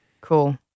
Cool